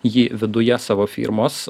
jį viduje savo firmos